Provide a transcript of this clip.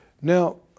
Now